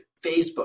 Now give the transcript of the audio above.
Facebook